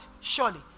surely